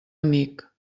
amic